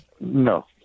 No